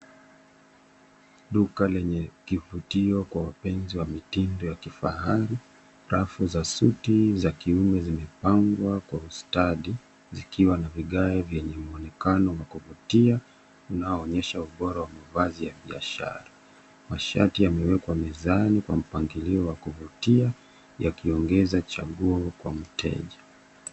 Duka lenye kivutio kwa wapenzi wa mitindo ya kifahari, rafu za suti za kiume zimeangwa kwa ustadi zikiwa na vigae vyenye mwonekan wa kuvutia unaoonyesha ubora wa mavazi ya biashara. Mashati yamewekwa mezani kwa mpangilio wa kuvutia yakiongeza chaguo kwa mteja.